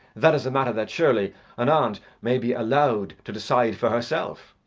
that is a matter that surely an aunt may be allowed to decide for herself.